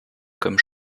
comme